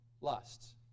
lusts